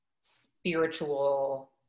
spiritual